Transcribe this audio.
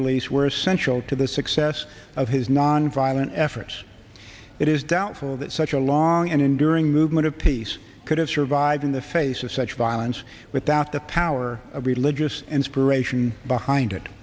beliefs were essential to the success of his nonviolent efforts it is doubtful that such a long and enduring movement of peace could have survived in the face of such violence without the power of religious inspiration behind it